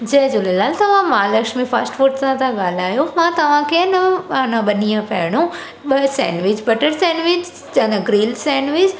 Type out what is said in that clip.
जय झूलेलाल तव्हां Mahalakshmi fast food तव्हां था ॻाल्हायो मां तव्हां खे हेन ॿ ॾींहं पहिरों ॿ सेंडविच बटर सेंडविच या त ग्रीन सेंडविच